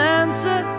answer